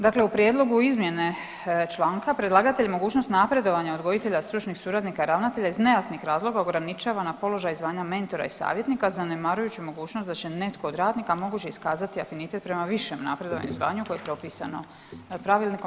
Dakle, u prijedlogu izmjene članka predlagatelj mogućnost napredovanja odgojitelja stručnih suradnika i ravnatelja iz nejasnih razloga ograničava na položaj zvanja mentora i savjetnika zanemarujući mogućnost da će netko od radnika moguće iskazati afinitet prema višem napredovanju i zvanju koje je propisano pravilnikom.